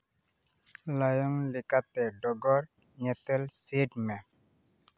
ᱞᱟᱭᱚᱝ ᱞᱮᱠᱟᱛᱮ ᱰᱚᱜᱚᱨ ᱧᱮᱛᱮᱞ ᱥᱮᱴ ᱢᱮ